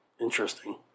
Interesting